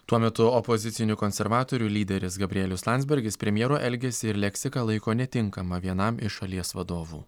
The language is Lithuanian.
tuo metu opozicinių konservatorių lyderis gabrielius landsbergis premjero elgesį ir leksiką laiko netinkama vienam iš šalies vadovų